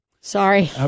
Sorry